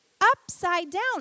Upside-down